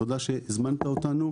תודה שהזמנת אותנו.